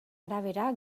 arabera